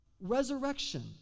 resurrection